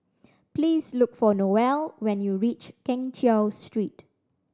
please look for Noel when you reach Keng Cheow Street